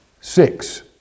six